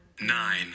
nine